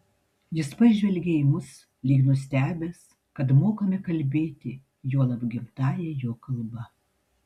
jis pažvelgė į mus lyg nustebęs kad mokame kalbėti juolab gimtąja jo kalba